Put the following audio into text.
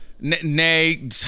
nay